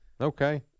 Okay